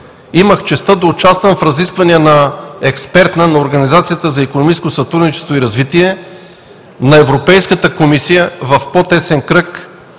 Имах честта да участвам в разисквания на експертна среща на Организацията за икономическо сътрудничество и развитие, на Европейската комисия в по-тесен кръг,